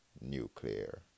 nuclear